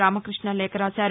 రామకృష్ణ లేఖ రాశారు